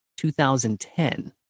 2010